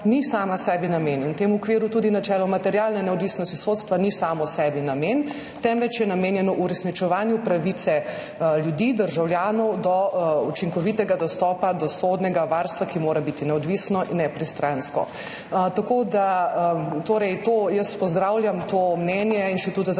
ni sama sebi namen. V tem okviru tudi načelo materialne neodvisnosti sodstva ni samo sebi namen, temveč je namenjeno uresničevanju pravice ljudi, državljanov do učinkovitega dostopa do sodnega varstva, ki mora biti neodvisno in nepristransko. Tako da pozdravljam to mnenje Inštituta za